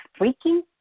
freaking